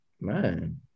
man